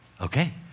Okay